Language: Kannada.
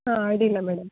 ಹಾಂ ಅಡ್ಡಿಲ್ಲ ಮೇಡಮ್